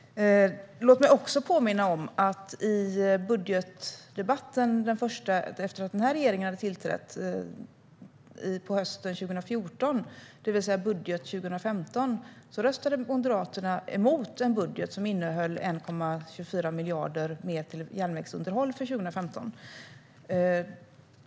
Låt mig också påminna om att i den första budgetdebatten efter att denna regering hade tillträtt på hösten 2014, det vill säga budget 2015, röstade Moderaterna mot en budget som innehöll 1,24 miljarder mer till järnvägsunderhåll för 2015.